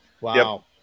Wow